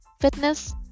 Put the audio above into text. fitness